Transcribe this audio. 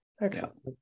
Excellent